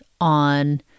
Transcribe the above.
on